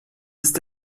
ist